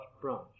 branch